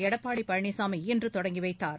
எடப்பாடி பழனிசாமி இன்று தொடங்கி வைத்தாா்